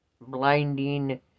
blinding